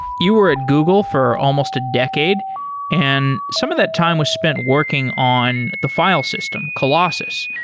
you were at google for almost a decade and some of that time was spent working on the file system colossus.